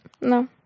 No